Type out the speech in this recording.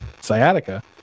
sciatica